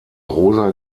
rosa